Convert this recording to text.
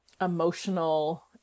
emotional